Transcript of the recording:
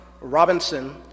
Robinson